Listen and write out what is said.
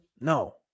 No